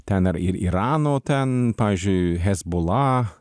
ten ir ir irano ten pavyzdžiui hezbollah